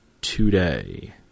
today